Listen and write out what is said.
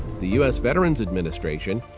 the u s. veterans administration,